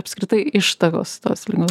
apskritai ištakos tos ligos